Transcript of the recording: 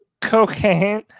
cocaine